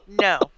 no